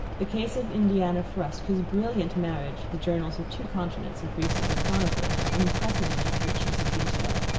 the case of indiana frusk, whose brilliant marriage the journals of two continents had recently chronicled with unprecedented richness of detail,